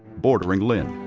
bordering lynn.